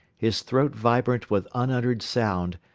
his throat vibrant with unuttered sound,